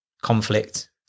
conflict